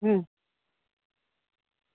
હમ